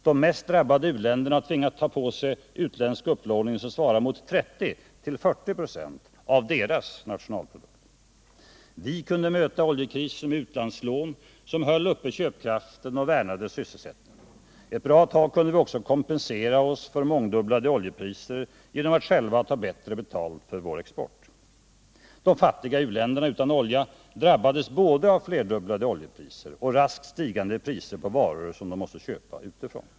De mest drabbade u-länderna har tvingats ta på sig en utländsk upplåning som svarar mot 30-40 96 av deras bruttonationalprodukt. Vi kunde möta oljekrisen med utlandslån som höll uppe köpkraften och värnade sysselsättningen. Ett bra tag kunde vi också kompensera oss för mångdubblade oljepriser genom att själva ta bättre betalt för vår export. De fattiga u-länderna utan olja drabbades både av flerdubblade oljepriser och av raskt stigande priser på varor som de måste köpa utifrån.